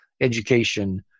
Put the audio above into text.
education